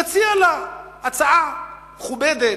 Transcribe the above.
תציע לה הצעה מכובדת,